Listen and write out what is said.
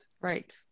Right